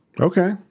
Okay